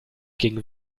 gegen